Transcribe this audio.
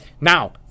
now